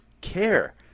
care